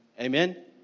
amen